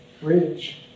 bridge